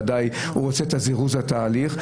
ודאי הוא רוצה את זירוז התהליך,